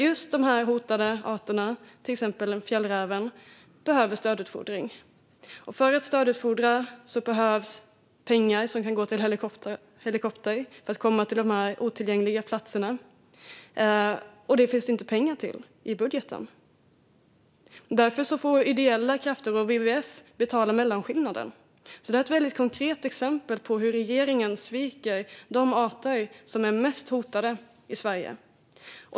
Just hotade arter som fjällräven behöver dock stödutfodring. För att stödutfodra behövs pengar som kan gå till helikoptrar för att komma till de här otillgängliga platserna. De pengarna finns inte i budgeten. Därför får ideella krafter och WWF betala mellanskillnaden. Detta är ett väldigt konkret exempel på hur regeringen sviker de arter som är mest hotade i Sverige.